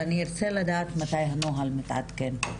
אם בעבר היא הייתה מקבלת אשרה מסוג א' 5,